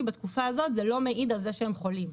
בתקופה הזאת זה לא מעיד על זה שהם חולים.